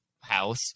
house